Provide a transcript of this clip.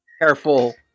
careful